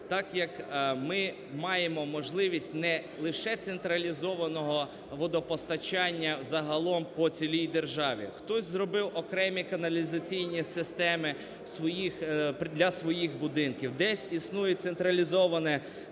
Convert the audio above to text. так як ми маємо можливість не лише централізованого водопостачання загалом по цілій державі, хтось зробив окремі каналізаційні системи для своїх будинків, десь існує централізоване